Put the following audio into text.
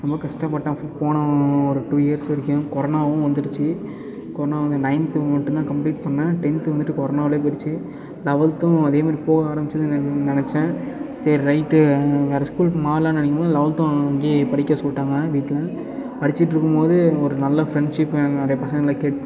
ரொம்ப கஷ்டப்பட்டேன் போன ஒரு டூ இயர்ஸ் வரைக்கும் கொரோனாவும் வந்துடுச்சு கொரோனா வந்து நயன்த் மட்டும் தான் கம்ப்ளீட் பண்ணேன் டென்த் வந்துட்டு கொரோனாவுலே போயிடுச்சு லவல்த்தும் அதே மாதிரி போக ஆரம்பிச்சுதுனு நினச்சேன் சரி ரைட்டு வேறு ஸ்கூலுக்கு மாறலான்னு நினைக்கும் போது லவல்த்தும் அங்கே படிக்க சொல்லிட்டாங்க வீட்டில் படிச்சுட்ருக்கும் போது ஒரு நல்ல ஃப்ரண்ட்ஷிப் எனக்கு நிறையா பசங்க லைக்